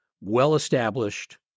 well-established